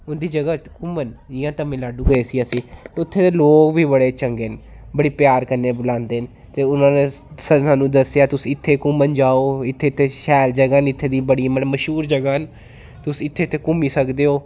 उं'दी जगह् च घूमन जियां तमिलनाडु गे सी असी उत्थे दे लोक बी बड़े चंगे न बड़ी प्यार कन्नै बलांदे न ते उना ने सानूं दस्सेआ तुस इत्थै घूमन जाओ इत्थे इत्थे शैल जगह् न इत्थे दियां मतलब मश्हूर जगह् न तुस इत्थै इत्थै घूमी सकदे ओ